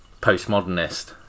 postmodernist